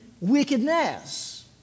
wickedness